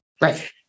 Right